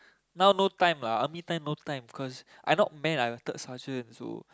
now no time lah army time no time I not man I'm third sergeant so